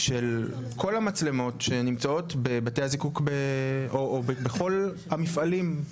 של כל המצלמות שנמצאות בבתי הזיקוק או בכל המפעלים.